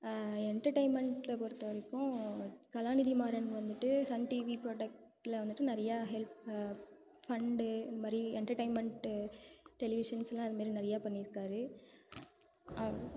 என்டர்டெயின்மெண்ட்டை பொறுத்தவரைக்கும் கலாநிதி மாறன் வந்துவிட்டு Sun TV ப்ரொடக்டில் வந்துவிட்டு நிறையா ஹெல்ப் ஃபண்டு இந்த மாதிரி என்டர்டெயின்மெண்ட்டு டெலிவிஷன் எல்லாம் அது மாதிரி நிறையா பண்ணிருக்கார் அவ்வளோ